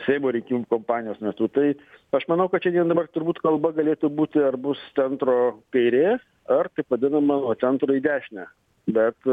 seimo rinkimų kampanijos metu tai aš manau kad šiandien dabar turbūt kalba galėtų būti ar bus centro kairė ar taip vadinama nuo centro į dešinę bet